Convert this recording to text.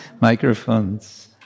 Microphones